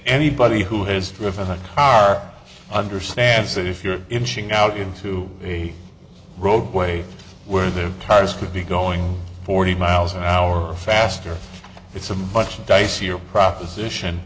anybody who has driven a car understands that if you're inching out into the roadway where the tires could be going forty miles an hour faster it's a bunch of dicey or proposition